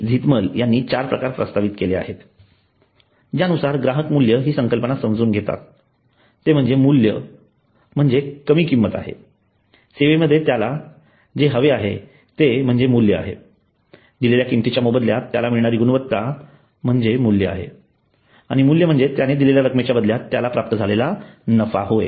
Zeithaml यांनी चार प्रकार प्रस्तावित केले आहेत ज्यानुसार ग्राहक मूल्य हि संकल्पना समजून घेतात ते म्हणजे मूल्य म्हणजे कमी किंमत आहे सेवेमध्ये त्याला जे हवे आहे ते म्हणजे मूल्य आहे दिलेल्या किंमतीच्या मोबदल्यात त्याला मिळणारी गुणवत्ता म्हणजे आहे आणि मूल्य म्हणजे त्याने दिलेल्या रकमेच्या बदल्यात त्याला प्राप्त झालेला नफा होय